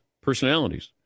personalities